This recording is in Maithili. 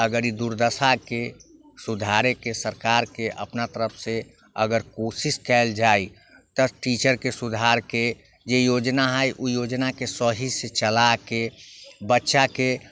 अगर ई दुर्दशाके सुधारैके सरकारके अपना तरफसँ अगर कोशिश कएल जाइ तऽ टीचरके सुधारके जे योजना हइ ओ योजनाके सहीसँ चलाकऽ बच्चाके